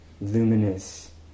luminous